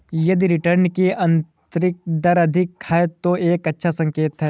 यदि रिटर्न की आंतरिक दर अधिक है, तो यह एक अच्छा संकेत है